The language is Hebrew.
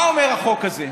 מה אומר החוק הזה?